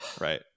Right